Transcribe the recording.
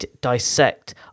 dissect